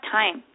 time